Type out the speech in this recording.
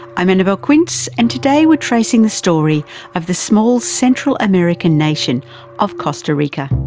i'm annabelle quince, and today we're tracing the story of the small central american nation of costa rica.